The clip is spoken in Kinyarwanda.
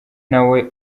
nawe